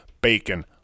bacon